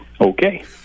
Okay